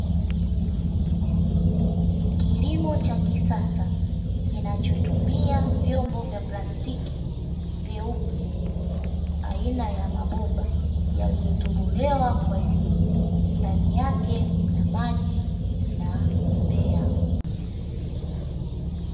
Kilimo cha kisasa, kinachotumia vyombo vya plastiki vyeupe, aina ya mabomba yaliyotibolewa kwa juu. Ndani yake mna maji na mimea.